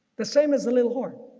the same as the little horn.